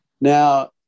Now